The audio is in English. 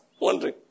Wondering